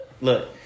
Look